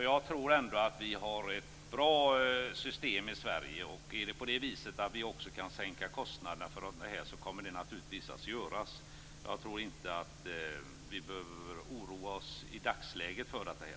Jag tror ändå att vi har ett bra system i Sverige och om vi kan sänka kostnaderna för detta kommer det naturligtvis att göras. Jag tror inte att vi i dagsläget behöver oroa oss för det här.